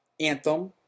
anthem